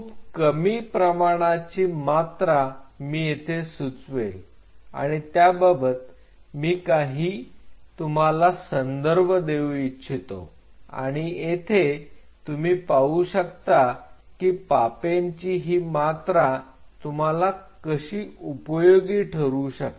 खूप कमी प्रमाणाची मात्र मी येथे सुचवेल आणि त्याबाबत मी काही तुम्हाला संदर्भ देऊ इच्छितो आणि तेथे तुम्ही पाहू शकता ही पापेनची ही मात्रा तुम्हाला कशी उपयोगी ठरू शकते